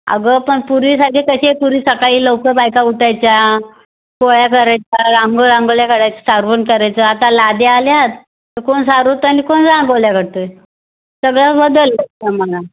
अगं पण पूर्वीसारखे कसे पूर्वी सकाळी लवकर बायका उठायच्या पोळ्या करायच्या रांगोळी रांगोळ्या करायच्या सारवणं करायच्या आता लाद्या आल्यात तर कोण सारवतो आहे आणि कोण रांगोळ्या काढतो आहे सगळा बदलला जमाना